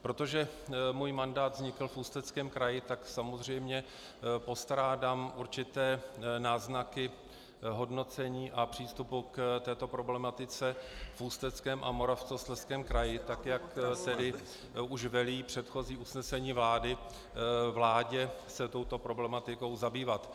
Protože můj mandát vznikl v Ústeckém kraji, tak samozřejmě postrádám určité náznaky hodnocení a přístupu k této problematice v Ústeckém a Moravskoslezském kraji, tak jak už velí předchozí usnesení vlády vládě se touto problematiko zabývat.